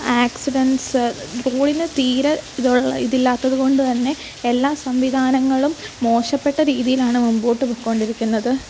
accidents റോഡിനു തീരെ ഇതുള്ള ഇതില്ലാത്തതു കൊണ്ടു തന്നെ എല്ലാ സംവിധാനങ്ങളും മോശപ്പെട്ട രീതിയിലാണ് മുൻപോട്ടു പൊയ്ക്കൊണ്ടിരിക്കുന്നത്